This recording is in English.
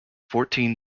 fourteen